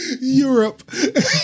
Europe